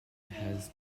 has